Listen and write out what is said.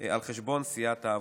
על חשבון סיעת העבודה.